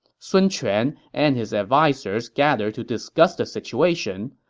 sun quan and his advisers gathered to discuss the situation.